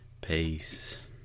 Peace